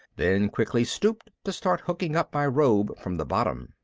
then quickly stooped to start hooking up my robe from the bottom.